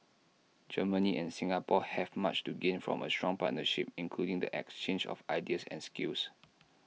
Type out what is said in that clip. Germany and Singapore have much to gain from A strong partnership including the exchange of ideas and skills